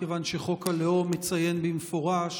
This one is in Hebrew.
מכיוון שחוק הלאום מציין במפורש